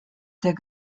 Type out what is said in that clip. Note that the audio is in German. der